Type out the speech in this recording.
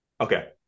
okay